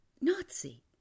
Nazi